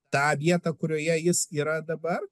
tą vietą kurioje jis yra dabar